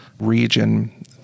region